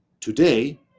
Today